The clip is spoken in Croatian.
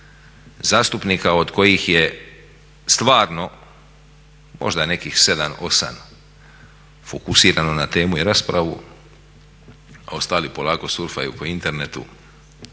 zastupnika od kojih je stvarno možda nekih 7, 8 fokusirano na temu i raspravu, a ostali polako surfaju po internetu,